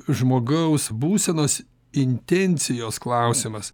žmogaus būsenos intencijos klausimas